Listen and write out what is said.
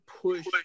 push